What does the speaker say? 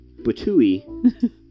Butui